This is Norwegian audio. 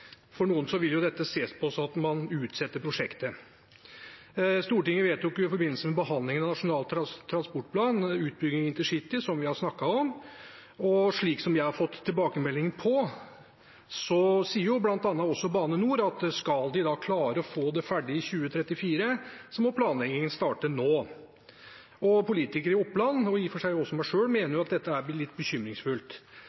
Noen vil se på dette som at man utsetter prosjektet. Stortinget vedtok, i forbindelse med behandlingen av Nasjonal transportplan, utbyggingen av intercity, som vi har snakket om. Og det jeg har fått tilbakemelding om, er at Bane NOR bl.a. sier at hvis de skal klare å få det ferdig i 2034, må planleggingen starte nå. Politikere i Oppland – i og for seg også jeg selv – mener